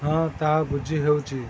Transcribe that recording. ହଁ ତାହା ବୁଝିହେଉଛି